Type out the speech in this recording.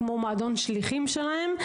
כמו מועדון השליחים שלהם,